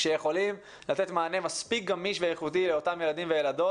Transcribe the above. שיכולים לתת מענה מספיק גמיש ואיכותי לאותם ילדים וילדות.